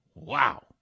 Wow